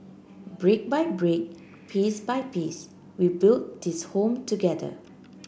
brick by brick piece by piece we build this Home together